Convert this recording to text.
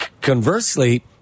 Conversely